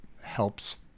helps